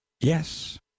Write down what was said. Yes